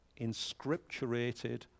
inscripturated